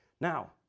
Now